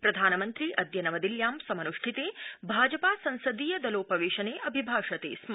प्रधानमन्त्री अद्य नवदिल्यां समनुष्ठिते भाजपा संसदीय दलोपवेशने अभिभाषते स्म